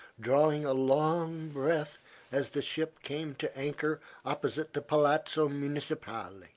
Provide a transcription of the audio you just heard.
drawing a long breath as the ship came to anchor opposite the palazzo municipale.